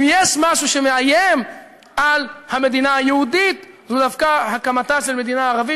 אם יש משהו שמאיים על המדינה היהודית הוא דווקא הקמתה מדינה ערבית,